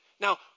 Now